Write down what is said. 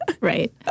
Right